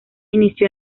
inició